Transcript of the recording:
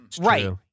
Right